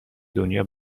دنیا